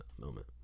moment